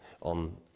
on